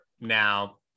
now